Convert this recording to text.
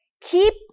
keep